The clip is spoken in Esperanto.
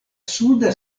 suda